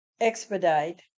expedite